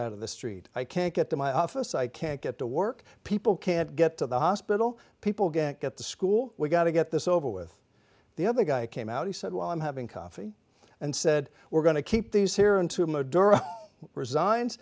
out of the street i can't get to my office i can't get to work people can't get to the hospital people get get to school we've got to get this over with the other guy came out he said well i'm having coffee and said we're going to keep these